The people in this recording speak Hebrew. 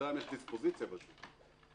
בינתיים יש דיספוזיציה בשולחן,